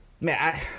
Man